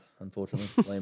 unfortunately